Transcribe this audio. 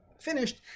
finished